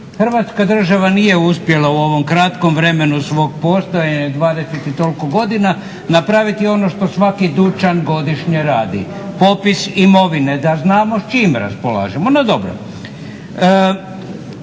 Hrvatska država nije uspjela u ovom kratkom vremenu svog postojanja, 20 i koliko godina, napraviti ono što svaki dućan godišnje radi – popis imovine da znamo s čim raspolažemo. No, dobro.